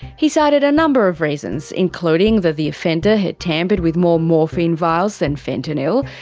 he cited a number of reasons, including that the offender had tampered with more morphine vials than fentanyl,